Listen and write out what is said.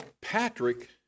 Patrick